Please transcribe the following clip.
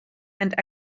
and